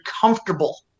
comfortable